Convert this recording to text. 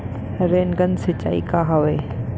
Rain gun सिंचाई का हवय?